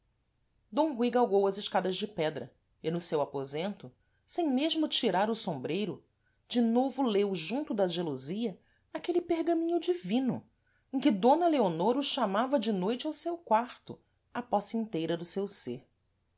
galgou as escadas de pedra e no seu aposento sem mesmo tirar o sombreiro de novo leu junto da gelosia aquele pergaminho divino em que d leonor o chamava de noite ao seu quarto à posse inteira do seu ser